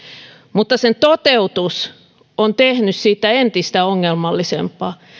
mutta sen toteutus on tehnyt siitä entistä ongelmallisemman